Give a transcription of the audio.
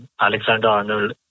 Alexander-Arnold